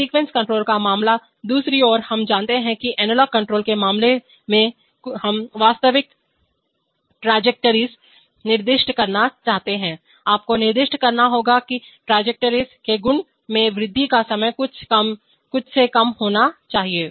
sequence control का मामला दूसरी ओर हम जानते हैं कि एनालॉग कंट्रोल के मामले में हम वास्तविक ट्राजेक्टोरिएसप्रक्षेपवक्र निर्दिष्ट करना चाहते हैं आपको निर्दिष्ट करना होगा कि ट्राजेक्टोरिएस के गुणों में वृद्धि का समय कुछ से कम होना चाहिए